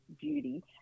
beauty